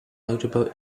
notable